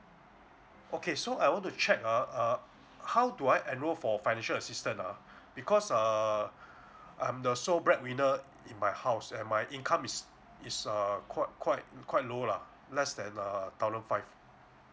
okay so I want to check ah uh how do I enrol for financial assistance ah because err I'm the sole bread winner in my house and my income is is err quite quite quite low lah let's than err thousand five